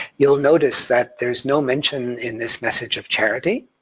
you'll notice that there's no mention in this message of charity.